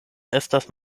estas